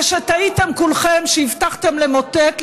ושטעיתם כולכם שהבטחתם למוטט,